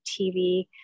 TV